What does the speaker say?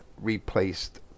replaced